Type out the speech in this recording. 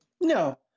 No